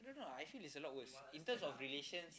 no I feel it's a lot of worse in terms of relations